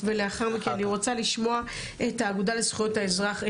ולאחר מכן אני רוצה לשמוע את האגודה לזכויות האזרח,